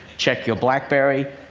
check your blackberry,